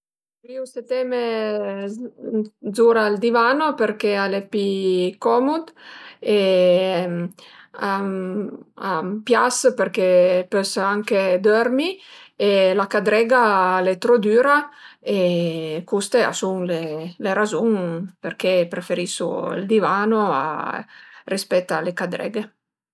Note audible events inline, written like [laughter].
Preferirìu seteme zura ël divano përché al e pi comud [hesitation] a m'pias përché pös anche dörmi e la cadrega al e trop düra e custe a sun le razun përché preferisu ël divano a rëspèt a le cadreghe